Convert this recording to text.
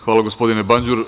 Hvala gospodine Banđur.